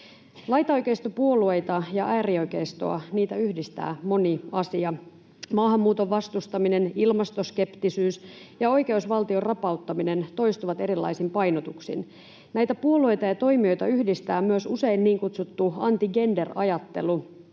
Laitaoikeistopuolueita ja äärioikeistoa yhdistää moni asia: [Vasemmalta: Totta se on!] maahanmuuton vastustaminen, ilmastoskeptisyys ja oikeusvaltion rapauttaminen toistuvat erilaisin painotuksin. Näitä puolueita ja toimijoita yhdistää usein myös niin kutsuttu anti-gender-ajattelu,